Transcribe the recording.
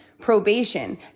Probation